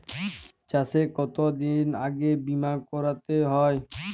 চাষে কতদিন আগে বিমা করাতে হয়?